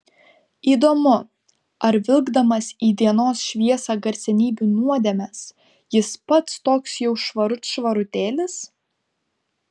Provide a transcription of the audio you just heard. įdomu ar vilkdamas į dienos šviesą garsenybių nuodėmes jis pats toks jau švarut švarutėlis